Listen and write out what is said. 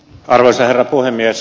arvoisa herra puhemies